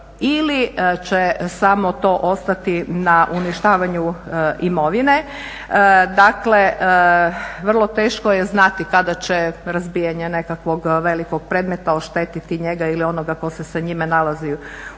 ili će samo to ostati na uništavanju imovine. Dakle, vrlo teško je znati kada će razbijanje nekakvog velikog predmeta oštetiti njega ili onoga ko se sa njime nalazi u sobi.